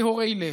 וטהורי לב.